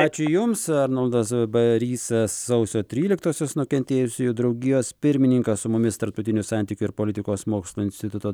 ačiū jums arnoldas barysas sausio tryliktosios nukentėjusiųjų draugijos pirmininkas su mumis tarptautinių santykių ir politikos mokslų instituto